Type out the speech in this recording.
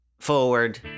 forward